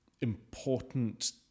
important